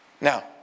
Now